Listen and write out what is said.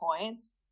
points